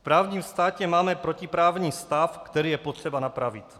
V právním státě máme protiprávní stav, který je potřeba napravit.